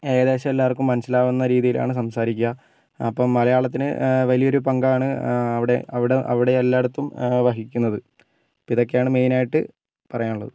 ഏകദേശം എല്ലാവർക്കും മനസ്സിലാവുന്ന രീതിയിലാണ് സംസാരിക്കുക അപ്പം മലയാളത്തിന് വലിയൊരു പങ്കാണ് അവിടെ അവിടെ എല്ലാടത്തും വഹിക്കുന്നത് അപ്പോൾ ഇതൊക്കെയാണ് മെയിൻ ആയിട്ട് പറയാനുള്ളത്